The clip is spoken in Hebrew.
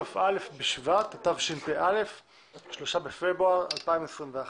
כ"א בשבט התשפ"א-03 בפברואר 2021,